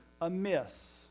amiss